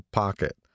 pocket